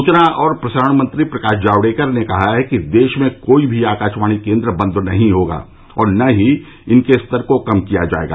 सूचना और प्रसारण मंत्री प्रकाश जावडेकर ने कहा है कि देश में कोई भी आकाशवाणी केंद्र बंद नहीं होगा और न ही इसके स्तर को कम किया जाएगा